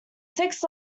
six